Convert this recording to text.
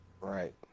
Right